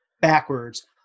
backwards